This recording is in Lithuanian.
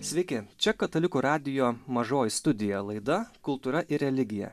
sveiki čia katalikų radijo mažoji studija laida kultūra ir religija